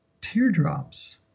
teardrops